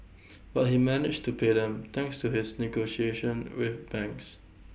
but he managed to pay them thanks to his negotiation with banks